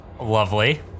Lovely